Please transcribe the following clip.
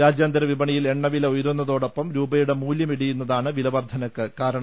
രാജ്യാന്തര വിപണിയിൽ എണ്ണ വില ഉയരുന്നതോടൊപ്പം രൂപയുടെ മൂല്യം ഇടിയുന്നതാണ് വില വർധനയ്ക്ക് കാരണം